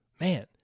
Man